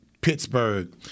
Pittsburgh